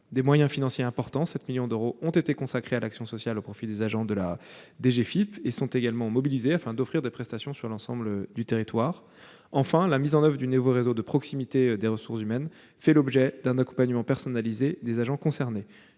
Des moyens financiers importants- 7 millions d'euros -ont été consacrés à l'action sociale au profit des agents de la DGFiP et sont également mobilisés afin d'offrir des prestations sur l'ensemble du territoire. Enfin, la mise en oeuvre du nouveau réseau de proximité des ressources humaines fait l'objet d'un accompagnement personnalisé des agents concernés.